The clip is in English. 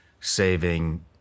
saving